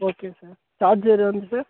okay sir charger வந்து sir